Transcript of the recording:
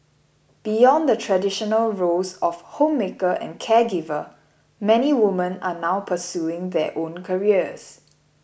beyond the traditional roles of homemaker and caregiver many women are now pursuing their own careers